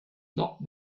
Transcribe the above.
not